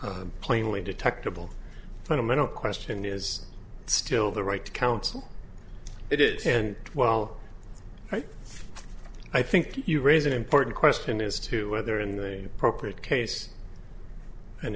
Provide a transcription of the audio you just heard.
the plainly detective fundamental question is still the right to counsel it is and well right i think you raise an important question as to whether in the appropriate case an